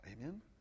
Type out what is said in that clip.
Amen